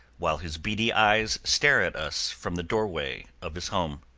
while his beady eyes stare at us from the doorway of his home.